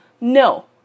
no